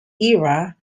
era